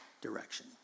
direction